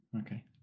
Okay